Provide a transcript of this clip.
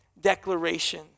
declaration